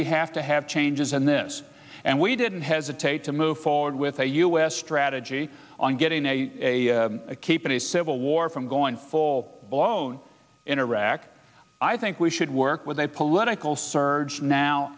we have to have changes in this and we didn't hesitate to move forward with a u s strategy on getting a keep in a civil war from going full blown in iraq i think we should work with a political surge now